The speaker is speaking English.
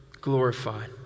glorified